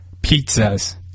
pizzas